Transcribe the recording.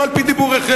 ולא על-פי דיבוריכם.